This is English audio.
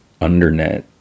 undernet